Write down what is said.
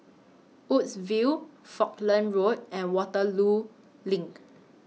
Woodsville Falkland Road and Waterloo LINK